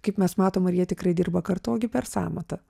kaip mes matom ir jie tikrai dirba kartu o gi per sąmatą